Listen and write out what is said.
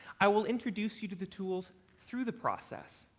i will introduce you to the tools through the process,